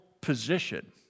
position